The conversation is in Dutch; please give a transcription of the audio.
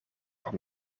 van